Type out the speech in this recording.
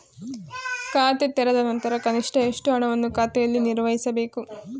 ಖಾತೆ ತೆರೆದ ನಂತರ ಕನಿಷ್ಠ ಎಷ್ಟು ಹಣವನ್ನು ಖಾತೆಯಲ್ಲಿ ನಿರ್ವಹಿಸಬೇಕು?